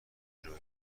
تجربه